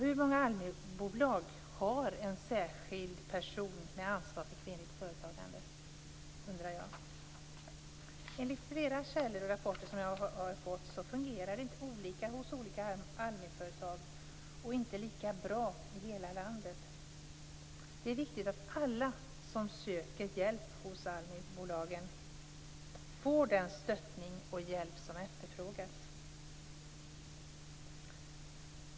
Hur många ALMI-bolag har en särskild person med ansvar för kvinnligt företagande? Enligt flera källor och rapporter som jag har fått fungerar det olika hos olika ALMI-företag och inte lika bra i hela landet. Det är viktigt att alla som söker hjälp hos ALMI-bolagen får den stöttning och den hjälp som efterfrågas.